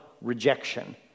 rejection